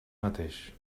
mateix